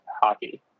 hockey